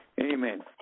Amen